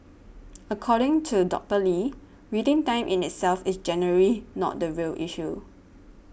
according to Doctor Lee waiting time in itself is generally not the real issue